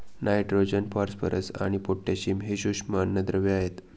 nitrogen, phosphorus आणि potassium हे सूक्ष्म अन्नद्रव्ये आहेत